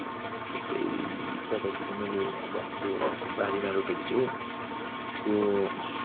अनि थुप्रै प्रजातिको मैले अब हाम्रो बारीमा रोपेको छु त्यो